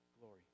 glory